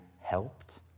helped